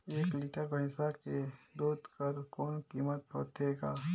एक लीटर भैंसा के दूध कर कौन कीमत होथे ग?